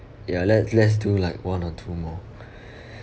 ya let let's do like one or two more